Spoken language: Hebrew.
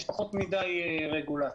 יש פחות מדי רגולציה.